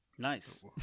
Nice